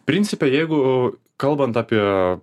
principe jeigu kalbant apie